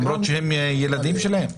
למרות שהם ילדים שלהם?